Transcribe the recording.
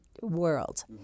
world